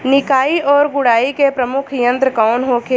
निकाई और गुड़ाई के प्रमुख यंत्र कौन होखे?